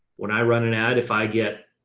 when i run an ad, if i get,